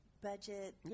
budget